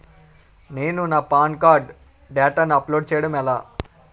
నేను నా PAN card డేటాను అప్లోడ్ చేయడం ఎలా?